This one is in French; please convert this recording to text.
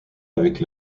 avec